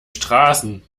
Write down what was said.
straßen